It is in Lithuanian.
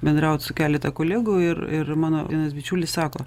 bendraut su keletą kolegų ir ir mano vienas bičiulis sako